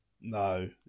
No